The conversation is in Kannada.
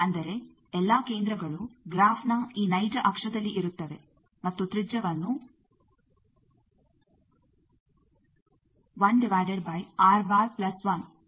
ಅಂದರೆ ಎಲ್ಲಾ ಕೇಂದ್ರಗಳು ಗ್ರಾಫ್ನ ಈ ನೈಜ ಅಕ್ಷದಲ್ಲಿ ಇರುತ್ತವೆ ಮತ್ತು ತ್ರಿಜ್ಯವನ್ನು ದಿಂದ ನೀಡಲಾಗಿದೆ